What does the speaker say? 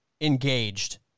engaged